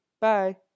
Bye